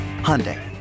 Hyundai